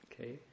Okay